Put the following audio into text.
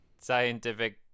scientific